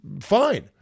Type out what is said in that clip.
fine